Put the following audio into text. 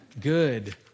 Good